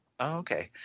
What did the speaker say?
Okay